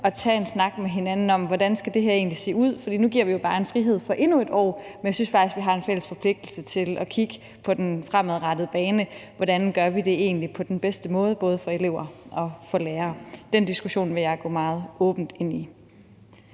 tager en snak om, hvordan det her egentlig skal se ud. For nu giver vi jo bare en frihed for endnu et år, men jeg synes faktisk, vi har en fælles forpligtelse til at kigge på, hvordan vi fremadrettet egentlig gør det på den bedste måde, både for elever og for lærere. Den diskussion vil jeg gå meget åbent ind i.